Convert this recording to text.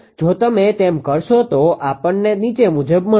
જો તમે તેમ કરશો તો આપણને નીચે મુજબ મળશે